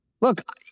Look